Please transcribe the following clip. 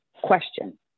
Question